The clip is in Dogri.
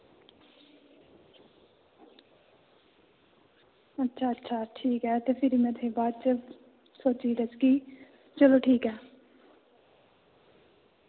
अच्छा अच्छा ठीक ऐ ते में तुसेंगी बाद च सोचियै दसगी चलो ठीक ऐ